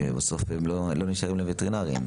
שבסוף לא נשארים להם וטרינרים.